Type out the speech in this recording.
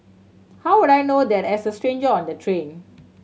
how would I know that as a stranger on the train